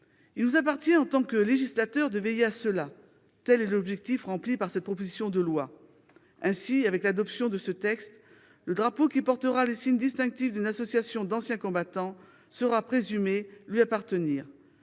Il nous appartient, en tant que législateur, d'y veiller. Tel est l'objectif atteint au travers de cette proposition de loi. Ainsi, grâce à l'adoption de ce texte, le drapeau qui portera les signes distinctifs d'une association d'anciens combattants sera présumé lui appartenir.